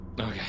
okay